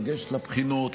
לגשת לבחינות,